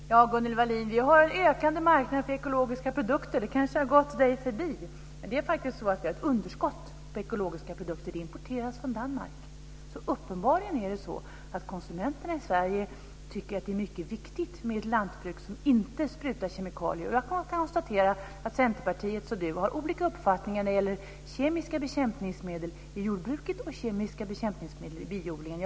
Fru talman! Gunnel Wallin, vi har en ökande marknad för ekologiska produkter. Det kanske har gått henne förbi. Men vi har faktiskt ett underskott på ekologiska produkter. De importeras från Danmark. Uppenbarligen är det alltså så att konsumenterna i Sverige tycker att det är mycket viktigt med ett lantbruk som inte sprutar kemikalier. Jag konstaterar att Centerpartiet och Gunnel Wallin har olika uppfattningar när det gäller kemiska bekämpningsmedel i jordbruket och kemiska bekämpningsmedel i biodlingen.